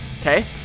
Okay